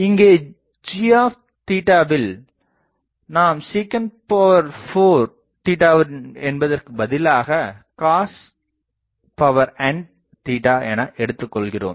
இங்கே g வில் நாம் sec4 என்பதற்குப் பதிலாக cosn என எடுத்துக்கொள்கிறோம்